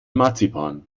marzipan